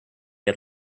had